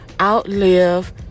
outlive